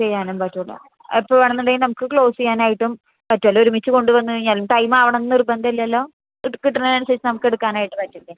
ചെയ്യാനും പറ്റില്ല എപ്പോള് വേണമെന്നുണ്ടെങ്കിലും നമുക്ക് ക്ലോസ് ചെയ്യാനായിട്ടും പറ്റുമല്ലോ ഒരുമിച്ച് കൊണ്ടു വന്നു കഴിഞ്ഞാലും ടൈം ആവണമെന്ന് നിർബന്ധമില്ലല്ലോ കിട്ടണതിനനുസരിച്ച് നമുക്കെടുക്കാനായിട്ട് പറ്റില്ലേ